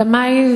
אלא מאי?